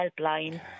helpline